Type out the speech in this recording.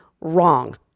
wrong